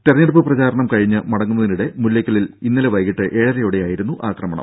തെരഞ്ഞെടുപ്പ് പ്രചാരണം കഴിഞ്ഞ് മടങ്ങുന്നതിനിടെ മുല്ലക്കലിൽ ഇന്നലെ വൈകീട്ട് ഏഴരയോടെയായിരുന്നു ആക്രമണം